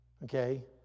okay